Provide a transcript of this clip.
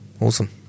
Awesome